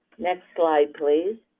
next slide please.